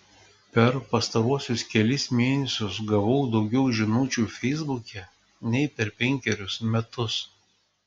per pastaruosius kelis mėnesius gavau daugiau žinučių feisbuke nei per penkerius metus